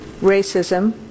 racism